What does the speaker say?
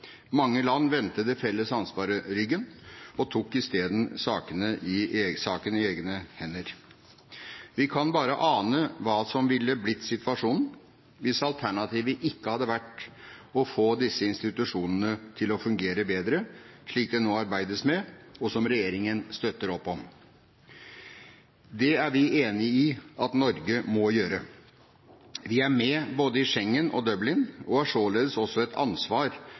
Mange land vendte det felles ansvaret ryggen og tok isteden saken i egne hender. Vi kan bare ane hva som ville blitt situasjonen hvis alternativet ikke hadde vært å få disse institusjonene til å fungere bedre, slik det nå arbeides med, og som regjeringen støtter opp om. Det er vi enig i at Norge må gjøre. Vi er med i både Schengen og Dublin og har således også et ansvar